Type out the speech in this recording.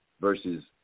versus